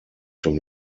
dem